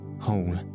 whole